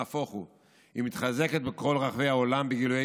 נהפוך הוא: היא מתחזקת בכל רחבי העולם בגילויי